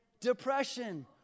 depression